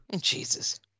Jesus